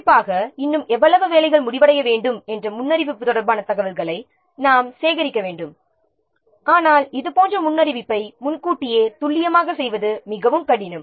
குறிப்பாக இன்னும் எவ்வளவு வேலைகள் முடிவடைய வேண்டும் என்ற முன்னறிவிப்பு தொடர்பான தகவல்களை நாம் சேகரிக்க வேண்டும் ஆனால் இதுபோன்ற முன்னறிவிப்பை முன்கூட்டியே துல்லியமாக செய்வது மிகவும் கடினம்